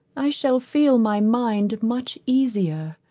i shall feel my mind much easier.